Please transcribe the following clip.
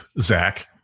Zach